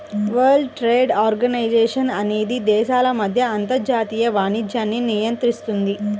world Trade Organization అనేది దేశాల మధ్య అంతర్జాతీయ వాణిజ్యాన్ని నియంత్రిస్తుంది